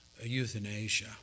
euthanasia